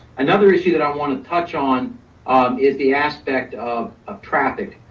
another issue that i want to touch on is the aspect of of traffic.